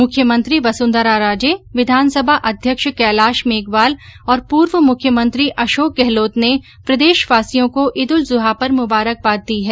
मुख्यमंत्री वसुंधरा राजे विधानसभा अध्यक्ष कैलाश मेघवाल और पूर्व मुख्यमंत्री अशोक गहलोत ने प्रदेशवासियों को इद्ल जुहा पर मुबारक बाद दी है